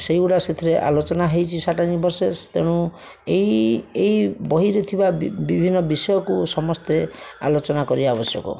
ସେଇଗୁଡ଼ା ସେଥିରେ ଆଲୋଚନା ହେଇଛି ସାଟାନିକ ଭରସେସ ତେଣୁ ଏଇ ଏଇ ବହିରେ ଥିବା ବିଭିନ୍ନ ବିଷୟକୁ ସମସ୍ତେ ଆଲୋଚନା କରିବା ଆବଶ୍ୟକ